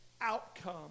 outcome